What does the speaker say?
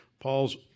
Paul's